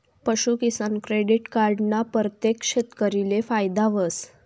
पशूकिसान credit card ना परतेक शेतकरीले फायदा व्हस